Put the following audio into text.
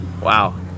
Wow